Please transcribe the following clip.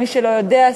למי שלא יודע,